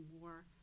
more